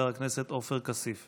חבר הכנסת עופר כסיף.